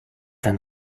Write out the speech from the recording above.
than